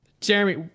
Jeremy